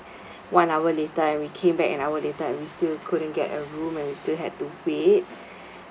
one hour later and we came back an hour later and we still couldn't get a room and we still had to wait